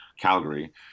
calgary